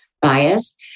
bias